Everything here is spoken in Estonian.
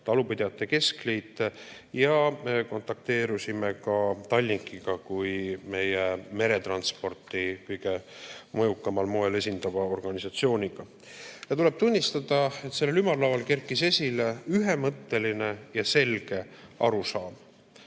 talupidajate keskliit. Kontakteerusime ka Tallinkiga kui meie meretransporti kõige mõjukamal moel esindava organisatsiooniga. Ja tuleb tunnistada, et sellel ümarlaual kerkis esile ühemõtteline ja selge arusaam,